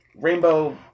Rainbow